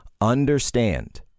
understand